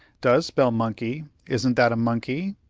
does spell monkey! isn't that a monkey?